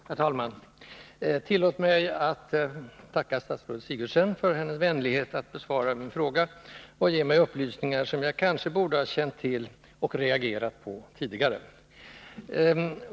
Herr talman! Tillåt mig att tacka statsrådet Sigurdsen för hennes vänlighet att besvara min fråga och ge mig upplysningar, som jag kanske borde ha känt till och reagerat på tidigare.